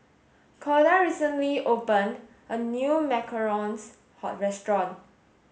Corda recently opened a new Macarons how restaurant